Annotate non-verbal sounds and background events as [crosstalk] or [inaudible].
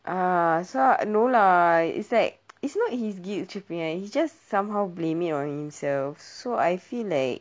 ah sa~ no lah it's like [noise] it's not he's guilt tripping ah he's just somehow blaming it on himself so I feel like